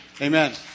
Amen